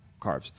carbs